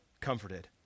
comforted